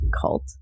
cult